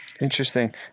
Interesting